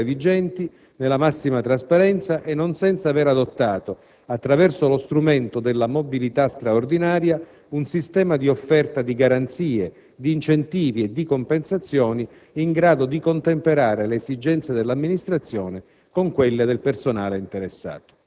il tutto nel rispetto delle regole vigenti, nella massima trasparenza e non senza aver adottato, attraverso lo strumento della mobilità straordinaria, un sistema di offerta di garanzie, di incentivi e di compensazioni in grado di contemperare le esigenze dell'amministrazione